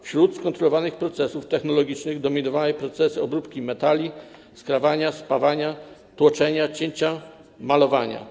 Wśród skontrolowanych procesów technologicznych dominowały procesy obróbki metali: skrawania, spawania, tłoczenia, cięcia, malowania.